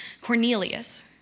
Cornelius